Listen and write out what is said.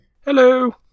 Hello